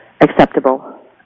acceptable